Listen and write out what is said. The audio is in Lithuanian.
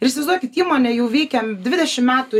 ir įsivaizduokit įmonė jų veikia dvidešimt metų